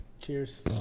Cheers